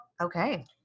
Okay